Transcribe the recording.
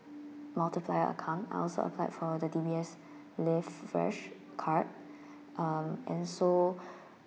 multiplier account I also applied for the D_B_S live fresh card um and so